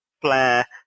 flair